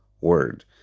word